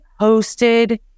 hosted